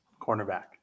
cornerback